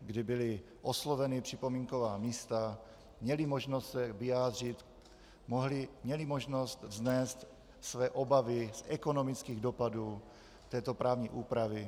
kdy byla oslovena připomínková místa, měla možnost se vyjádřit, měla možnost vznést své obavy z ekonomických dopadů této právní úpravy.